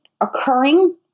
occurring